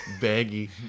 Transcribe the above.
baggy